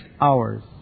hours